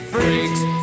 Freaks